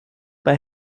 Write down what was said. bei